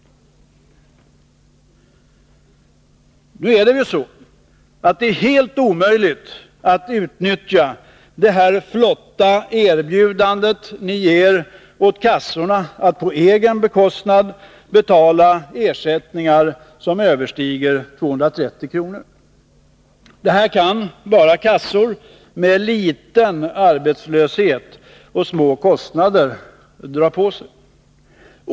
Nu är det ju helt omöjligt att utnyttja det här flotta erbjudandet ni ger kassorna, att på egen bekostnad betala ersättningar som överstiger 230 kr. Det kan bara kassor med liten arbetslöshet och små kostnader dra på sig.